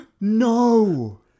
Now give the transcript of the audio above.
No